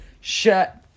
shut